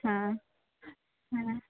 হ্যাঁ হ্যাঁ